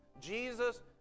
Jesus